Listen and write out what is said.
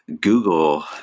Google